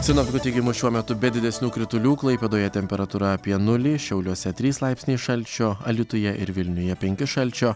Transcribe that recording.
sinoptikų teigimu šiuo metu be didesnių kritulių klaipėdoje temperatūra apie nulį šiauliuose trys laipsniai šalčio alytuje ir vilniuje penki šalčio